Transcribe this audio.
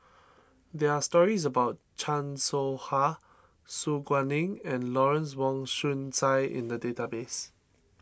there are stories about Chan Soh Ha Su Guaning and Lawrence Wong Shyun Tsai in the database